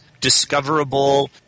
discoverable